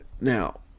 Now